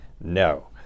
no